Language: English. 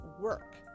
work